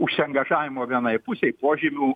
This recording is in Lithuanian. užsiangažavimo vienai pusei požymių